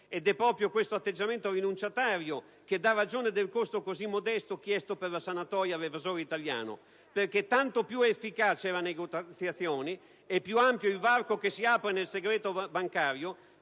Ed è proprio tale atteggiamento rinunciatario che dà ragione del costo così modesto chiesto per la sanatoria all'evasore italiano, perché tanto più efficace è la negoziazione ed ampio il varco che si apre nel segreto bancario,